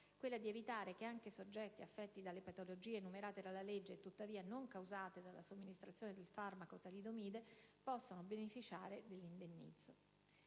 quella di evitare che anche soggetti affetti dalle patologie enumerate dalla legge, e tuttavia non causate dalla somministrazione del farmaco talidomide, possano beneficiare dell'indennizzo.